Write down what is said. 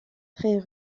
très